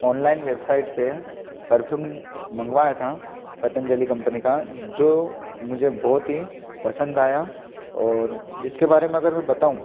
online website से perfume मँगवाया था पतंजलि कँपनी का जो मुझे बहुत ही पसंद आया और जिसके बारे में मैं अगर बताऊँ